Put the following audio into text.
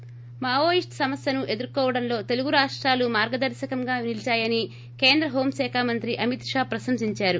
ి మావోయిస్ట్ సమస్యను ఎదుర్కోవడంలో తెలుగు రాష్టాలు మార్గదర్భకంగా నిలీచాయని కేంద్ర హోంశాఖ మంత్రి అమిత్ షా ప్రశంసించారు